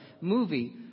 movie